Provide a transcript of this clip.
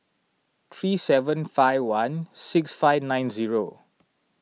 three seven five one six five nine zero